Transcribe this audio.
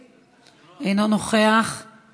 אין לי כוונה להתנגח או להתנצח.